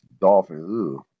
Dolphins